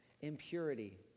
impurity